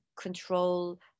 control